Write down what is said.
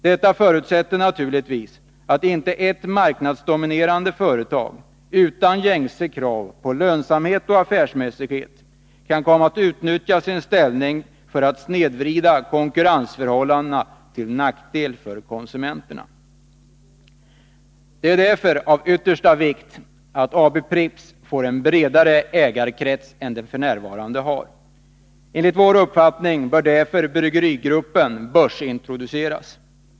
Detta förutsätter naturligtvis att inte ett marknadsdominerande företag — utan gängse krav på lönsamhet och affärsmässighet — kan komma att utnyttja sin ställning för att snedvrida konkurrensförhållandena till nackdel för konsumenterna. Det är därför av yttersta vikt att AB Pripps får en bredare ägarkrets än det f.n. har. Enligt vår uppfattning bör därför bryggerikoncernen börsintroduceras.